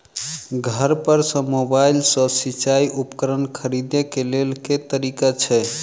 घर पर सऽ मोबाइल सऽ सिचाई उपकरण खरीदे केँ लेल केँ तरीका छैय?